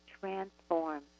transform